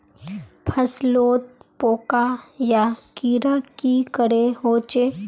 फसलोत पोका या कीड़ा की करे होचे?